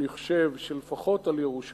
אני חושב שלפחות על ירושלים,